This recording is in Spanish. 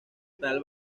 tal